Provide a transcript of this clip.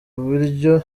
buryo